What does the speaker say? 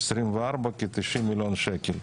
ו-24' כ-90 מיליון שקל.